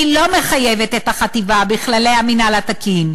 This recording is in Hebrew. היא לא מחייבת את החטיבה בכללי המינהל התקין.